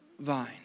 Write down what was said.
vine